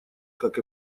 как